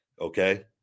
Okay